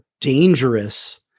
dangerous